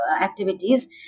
activities